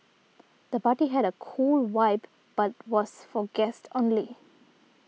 the party had a cool vibe but was for guests only